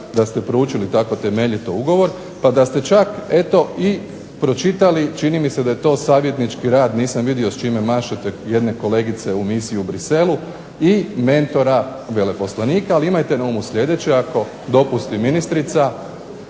da ste proučili tako temeljito ugovor pa da ste čak eto i pročitali čini mi se da je to savjetnički rad, nisam vidio s čime mašete jedne kolegice u misiji u Bruxellesu i mentora veleposlanika. Ali imajte na umu sljedeće ako dopusti ministrica.